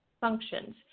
functions